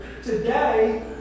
Today